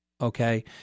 okay